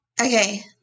Okay